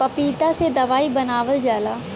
पपीता से दवाई बनावल जाला